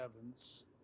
Evans